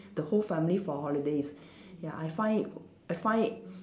the whole family for holidays ya I find it I find it